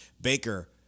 Baker